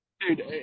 dude